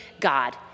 God